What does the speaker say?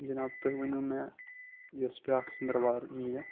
جناب تُہۍ ؤنو مےٚ یۄس بیاکھ ژنٛدٕر وار یِیہِ